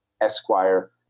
Esquire